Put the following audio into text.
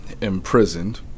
imprisoned